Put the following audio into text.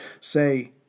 say